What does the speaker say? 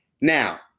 Now